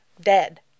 Dead